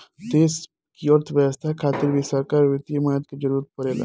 देश की अर्थव्यवस्था खातिर भी सरकारी वित्तीय मदद के जरूरत परेला